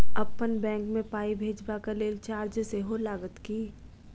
अप्पन बैंक मे पाई भेजबाक लेल चार्ज सेहो लागत की?